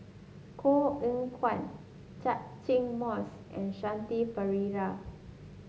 Koh Eng Kian Catchick Moses and Shanti Pereira